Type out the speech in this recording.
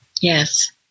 Yes